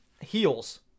heels